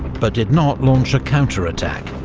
but did not launch a counterattack,